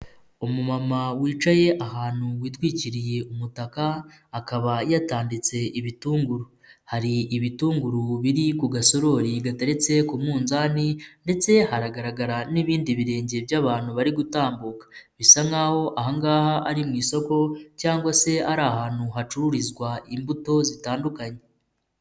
Umumama wicaye ahantu witwikiriye umutaka akaba yatanditse ibitunguru, hari ibitunguru biri ku gasorori gateretse ku munzani ndetse hagaragara n'ibindi birenge by'abantu bari gutambuka, bisa nk'aho aha ngaha ari mu isoko cyangwa se ari ahantu hacururizwa imbuto zitandukanye.